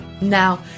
Now